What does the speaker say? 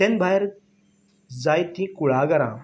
ते भायर जायतीं कुळागरां